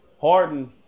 Harden